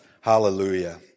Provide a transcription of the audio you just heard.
Hallelujah